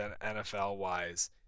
NFL-wise